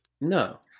No